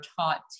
taught